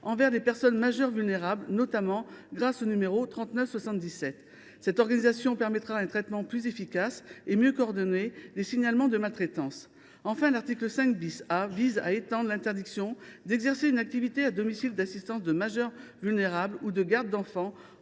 envers des personnes majeures vulnérables, notamment grâce au numéro 3977. Une telle organisation permettra un traitement plus efficace et mieux coordonné des signalements de maltraitance. L’article 5 A étend l’interdiction d’exercer une activité à domicile d’assistance de majeurs vulnérables ou de garde d’enfants